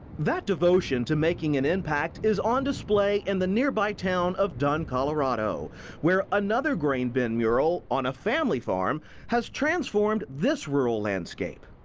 that devotion to making an impact is on display in the nearby town of dunn, colorado where another grain bin mural on a family farm has transformed this rural landscape.